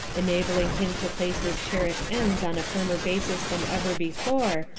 enabling him to place his cherished ends on a firmer basis than ever before,